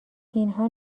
اینها